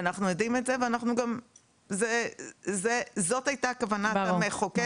ואנחנו יודעים את זה וגם זאת הייתה כוונת המחוקק,